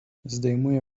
zdejmuje